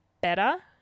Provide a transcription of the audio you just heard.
better